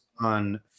on